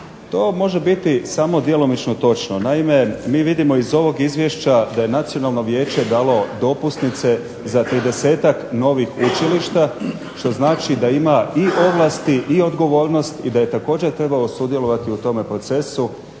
To može biti samo djelomično točno. Naime, mi vidimo iz ovog izvješća da je Nacionalno vijeće dalo dopusnice za 30-tak novih učilišta što znači da ima i ovlast i odgovornost i da je također trebalo sudjelovati u tome procesu